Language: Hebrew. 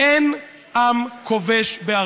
ואם זו לא מדינה אחת,